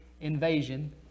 invasion